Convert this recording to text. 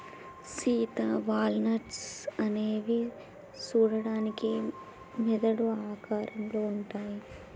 Sita walnuts అనేవి సూడడానికి మెదడు ఆకారంలో ఉంటాయి